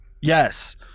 Yes